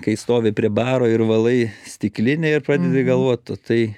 kai stovi prie baro ir valai stiklinę ir pradedi galvot o tai